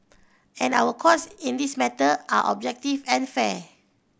and our courts in this matter are objective and fair